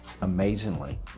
amazingly